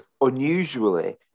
unusually